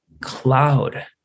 cloud